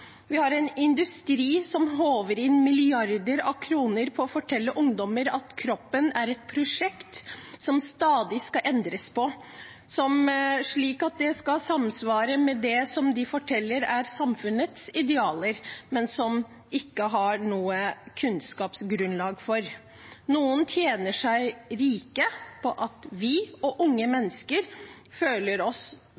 Vi har en industri som håver inn milliarder av kroner på å fortelle ungdommer at kroppen er et prosjekt som stadig skal endres på, slik at den skal samsvare med det de forteller er samfunnets idealer, noe de ikke har noe kunnskapsgrunnlag for å si. Noen tjener seg rike på at vi og unge